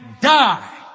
die